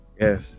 yes